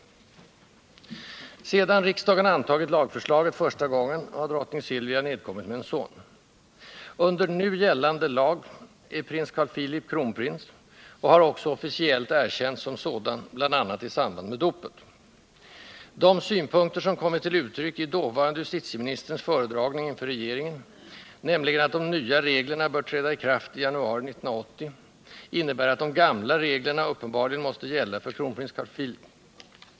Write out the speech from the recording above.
Sedan riksdagen antagit lagförslaget första gången har drottning Silvia nedkommit med en son. Under nu gällande lag är prins Carl Philip kronprins och har också officiellt erkänts som sådan, bl.a. i samband med dopet. De synpunkter som kommit till uttryck i dåvarande justitieministerns föredragning inför regeringen, nämligen att ”de nya reglerna” bör träda i kraft I januari 1980, innebär att ”de gamla reglerna” uppenbarligen måste gälla för kronprins Carl Philip.